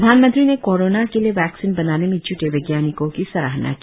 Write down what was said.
प्रधानमंत्री ने कोरोना के लिए वैक्सीन बनाने में ज्टे वैज्ञानिकों की सराहना की